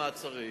מעצרים).